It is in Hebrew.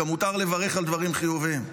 גם מותר לברך על דברים חיוביים.